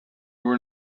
were